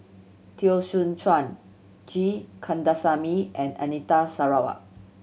Teo Soon Chuan G Kandasamy and Anita Sarawak